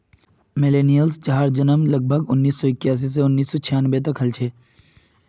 millennials जहार जन्म लगभग उन्नीस सौ इक्यासी स उन्नीस सौ छानबे तक हल छे